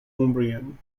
umbrian